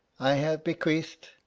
i have bequeathed,